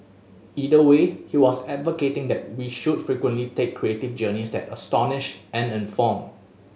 either way he was advocating that we should frequently take creative journeys that astonish and inform